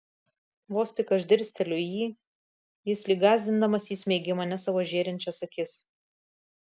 vos tik aš dirsteliu į jį jis lyg gąsdindamas įsmeigia į mane savo žėrinčias akis